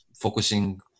focusing